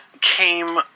came